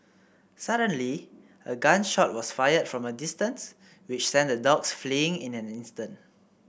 suddenly a gun shot was fired from a distance which sent the dogs fleeing in an instant